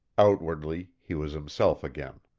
outwardly he was himself again.